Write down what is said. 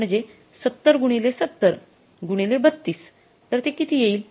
म्हणजे ७० गुणिले ७० गुणिले ३२ तर ते किती येईल